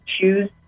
Choose